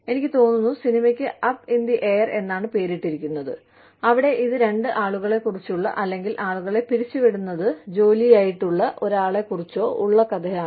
എനിക്ക് തോന്നുന്നു സിനിമയ്ക്ക് അപ്പ് ഇൻ ദി എയർ എന്നാണ് പേരിട്ടിരിക്കുന്നത് അവിടെ ഇത് രണ്ട് ആളുകളെക്കുറിച്ചുള്ള അല്ലെങ്കിൽ ആളുകളെ പിരിച്ചുവിടുന്നത് ജോലിയായിട്ടുള്ള ഒരാളെക്കുറിച്ചോ ഉള്ള കഥയാണ്